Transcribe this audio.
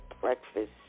breakfast